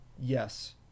Yes